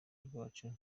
rwacu